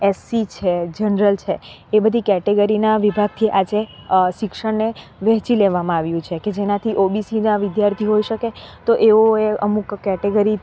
SC છે general છે એ બધી કેટેગરીના વિભાગથી આજે શિક્ષણને વહેંચી લેવામાં આવ્યું છે કે જેનાથી ઓબીસીના વિદ્યાર્થીઓ હોઈ શકે તો એઓએ અમુક કેટેગરી